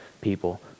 people